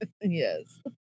Yes